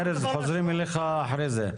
ארז, חוזרים אליך אחרי זה.